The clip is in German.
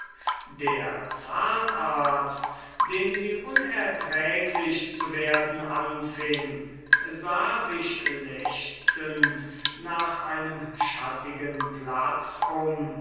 der zahnarzt dem sie unerträglich zu werden anfing sah sich lechzend nach einem schattenplatz um